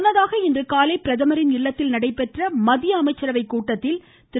முன்னதாக இன்றுகாலை பிரதமரின் இல்லத்தில் நடைபெற்ற மத்திய அமைச்சரவை கூட்டத்தில் திரு